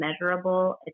measurable